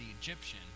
Egyptian